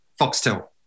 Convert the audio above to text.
Foxtel